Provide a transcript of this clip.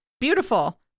beautiful